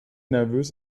nervös